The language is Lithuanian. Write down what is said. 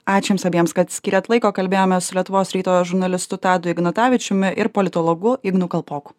ačiū jums abiems kad skyrėt laiko kalbėjomės su lietuvos ryto žurnalistu tadu ignatavičiumi ir politologu ignu kalpoku